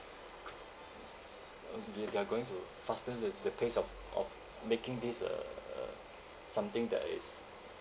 um they they're going to fasten the the pace of of making this a uh something that is